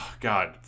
God